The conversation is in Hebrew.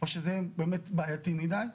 או שזה באמת בעייתי מדיי,